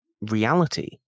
reality